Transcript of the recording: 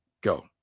go